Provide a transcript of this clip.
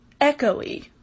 echoey